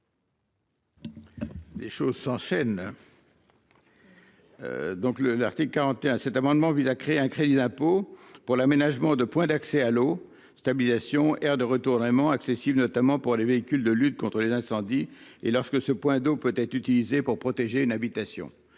Les choses s'enchaînent. Donc le, l'article 41, cet amendement vise à créer un crédit d'impôt pour l'aménagement de points d'accès à l'eau stabilisation et de retournement accessibles, notamment pour les véhicules de lutte contre les incendies et lorsque ce point d'eau peut être utilisée pour protéger une habitation.